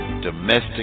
domestic